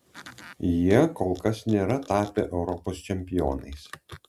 jie kol kas nėra tapę europos čempionais